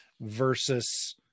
versus